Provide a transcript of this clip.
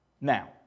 Now